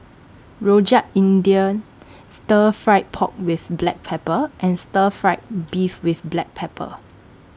Rojak India Stir Fry Pork with Black Pepper and Stir Fry Beef with Black Pepper